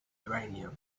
uranium